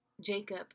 Jacob